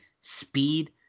speed